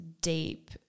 deep